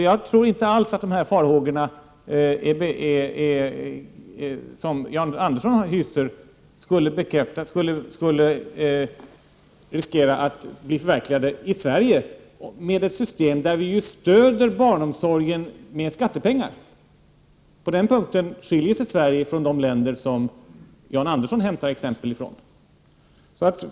Jag tror inte alls att det som Jan Andersson är rädd för skulle förverkligas i Sverige, med ett system där vi ju stöder barnomsorgen med skattepengar. På den punkten skiljer sig Sverige från de länder som Jan Andersson hämtar exempel från.